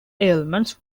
ailments